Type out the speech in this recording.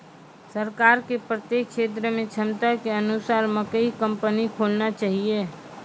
सरकार के प्रत्येक क्षेत्र मे क्षमता के अनुसार मकई कंपनी खोलना चाहिए?